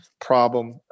problem